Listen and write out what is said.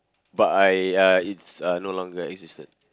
but I uh it's uh no longer existent